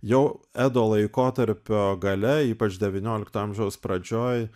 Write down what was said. jau edo laikotarpio gale ypač devyniolikto amžiaus pradžioj